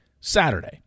Saturday